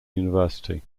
university